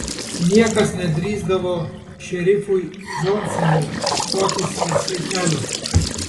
niekas nedrįsdavo šerifui džonsonui stoti skersai kelio